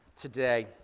today